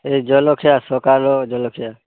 ଏ ଜଲଖିଆ ସକାଳ ଜଲଖିଆ